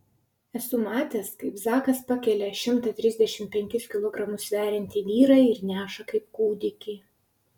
esu matęs kaip zakas pakelia šimtą trisdešimt penkis kilogramus sveriantį vyrą ir neša kaip kūdikį